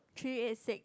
three eight six